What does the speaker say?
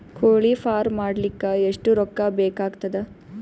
ಕೋಳಿ ಫಾರ್ಮ್ ಮಾಡಲಿಕ್ಕ ಎಷ್ಟು ರೊಕ್ಕಾ ಬೇಕಾಗತದ?